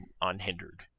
unhindered